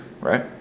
right